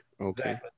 Okay